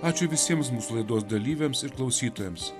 ačiū visiems mūsų laidos dalyviams ir klausytojams